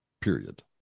period